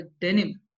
denim